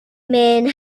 man